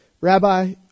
Rabbi